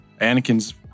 Anakin's